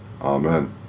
Amen